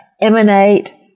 emanate